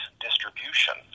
distribution